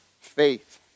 faith